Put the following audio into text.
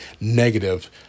negative